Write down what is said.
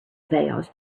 veils